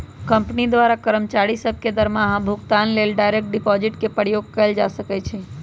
कंपनियों द्वारा कर्मचारि सभ के दरमाहा भुगतान लेल डायरेक्ट डिपाजिट के प्रयोग कएल जा सकै छै